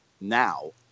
now